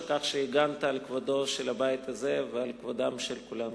על כך שהגנת על כבודו של הבית הזה ועל כבוד כולנו.